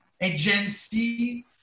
agency